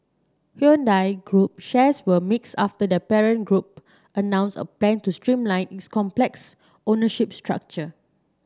Hyundai Group shares were mixed after their parent group announced a plan to streamline its complex ownership structure